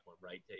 right